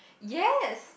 yes